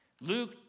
Luke